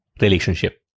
relationship